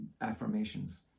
affirmations